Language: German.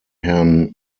herrn